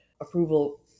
approval